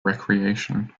recreation